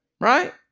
Right